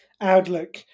outlook